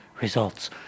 results